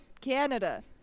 Canada